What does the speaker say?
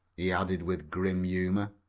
he added, with grim humor.